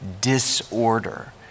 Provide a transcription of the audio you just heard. disorder